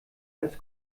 als